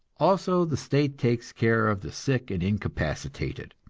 also the state takes care of the sick and incapacitated,